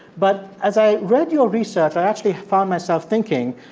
but as i read your research, actually found myself thinking,